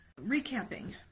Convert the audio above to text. recapping